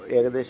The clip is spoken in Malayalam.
ഏകദേശം